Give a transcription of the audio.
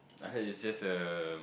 I heard it's just a